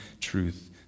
truth